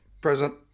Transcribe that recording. present